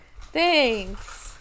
Thanks